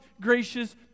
gracious